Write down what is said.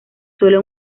sólo